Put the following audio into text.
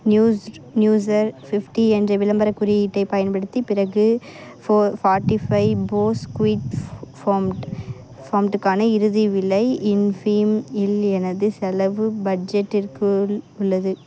நியூஸ்டு நியூஸர் ஃபிஃப்டி என்ற விளம்பரக் குறியீட்டைப் பயன்படுத்தி பிறகு ஃபோ ஃபாட்டி ஃபைவ் போஸ் குய்ப்ஸ் ஃபம்ட் ஃபம்டுக்கான இறுதி விலை இன்ஃபீம் இல் எனது செலவு பட்ஜெட்டிற்குள் உள்ளது